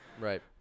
Right